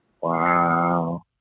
Wow